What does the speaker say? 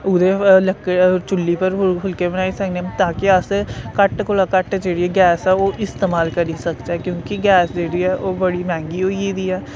उदू बाद चुल्ली पर फुल्के बनाई सकने ताकि अस घट्ट कोला घट्ट जेह्ड़ी गैस ऐ ओह् इस्तेमाल करी सकचै क्योंकि गैस जेह्ड़ी ऐ ओह् बड़ी मैंह्गी होई गेदी ऐ